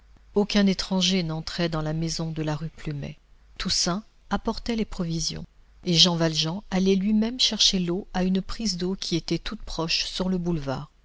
aucun étranger n'entrait dans la maison de la rue plumet toussaint apportait les provisions et jean valjean allait lui-même chercher l'eau à une prise d'eau qui était tout proche sur le boulevard